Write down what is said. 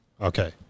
Okay